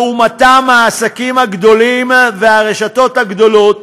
לעומתם, העסקים הגדולים והרשתות הגדולות